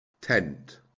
tent